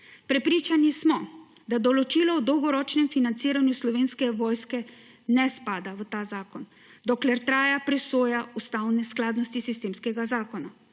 Prepričani smo, da določilo o dolgoročnem financiranju Slovenske vojske ne spada v ta zakon, dokler traja presoja ustavne skladnosti sistemskega zakona.